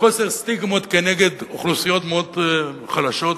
חוסר סטיגמות נגד אוכלוסיות מאוד חלשות,